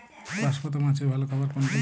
বাঁশপাতা মাছের ভালো খাবার কোনটি?